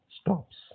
stops